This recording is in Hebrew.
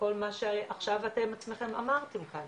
כל מה שעכשיו אתם עצמיכם אמרתם כאן,